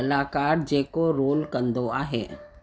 कलाकार जेको रोल कंदो आहे